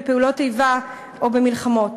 בפעולות איבה או במלחמות,